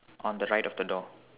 on the right of the door